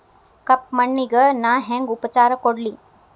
ಕಪ್ಪ ಮಣ್ಣಿಗ ನಾ ಹೆಂಗ್ ಉಪಚಾರ ಕೊಡ್ಲಿ?